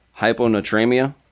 hyponatremia